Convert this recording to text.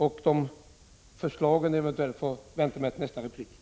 Dessa förslag får jag återkomma till i mitt nästa inlägg.